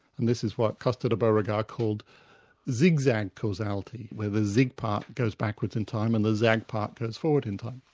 and this is what costa de beauregard called zig-zag causality where the zig part goes backwards in time and the zag part goes forward in time.